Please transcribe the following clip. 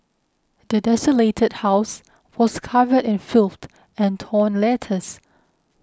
the desolated house was covered in filth and torn letters